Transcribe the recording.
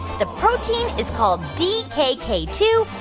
the protein is called d k k two,